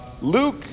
Luke